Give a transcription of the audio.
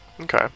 Okay